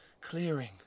clearing